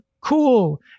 cool